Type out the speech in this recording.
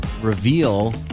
reveal